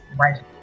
Right